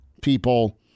people